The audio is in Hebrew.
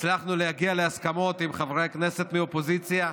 הצלחנו להגיע להסכמות עם חברי הכנסת מהאופוזיציה,